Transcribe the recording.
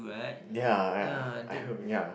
ya ya I hope ya